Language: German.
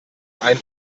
ein